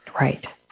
right